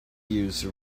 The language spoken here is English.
use